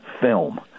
film